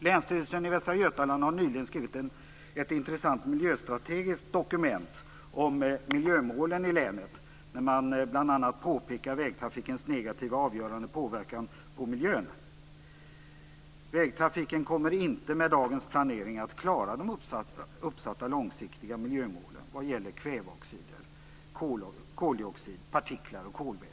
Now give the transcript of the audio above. Länsstyrelsen i Västra Götaland har nyligen skrivit ett intressant miljöstrategiskt dokument om miljömålen i länet, där man bl.a. påpekar vägtrafikens negativa och avgörande påverkan på miljön. Vägtrafiken kommer inte med dagens planering att klara de uppsatta långsiktiga miljömålen vad gäller kväveoxider, koldioxid, partiklar och kolväten.